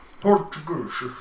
Portuguese